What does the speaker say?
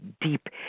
deep